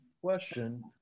question